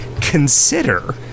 consider